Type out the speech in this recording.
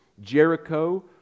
Jericho